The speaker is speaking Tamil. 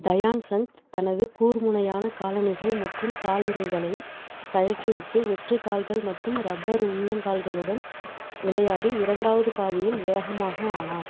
தயான் சந்த் தனது கூர்முனையான காலணிகள் மற்றும் காலுறைகளை கழற்றிவிட்டு வெற்று கால்கள் மற்றும் ரப்பர் உள்ளங்கால்களுடன் விளையாடி இரண்டாவது பாதியில் வேகமாக ஆனார்